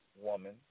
woman